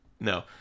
No